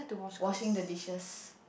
washing the dishes